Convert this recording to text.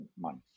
money